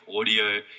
audio